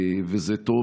זה טוב,